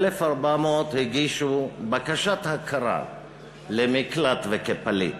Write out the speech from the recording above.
1,400 הגישו בקשת הכרה למקלט ומעמד פליט.